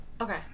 Okay